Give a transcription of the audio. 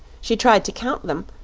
she tried to count them,